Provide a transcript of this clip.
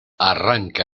arranca